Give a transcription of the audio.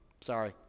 Sorry